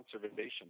conservation